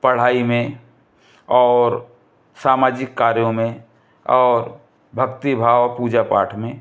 पढ़ाई में और सामजिक कार्यों में और भक्ति भाव पूजा पाठ में